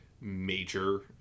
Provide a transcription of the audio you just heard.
major